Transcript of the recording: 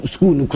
School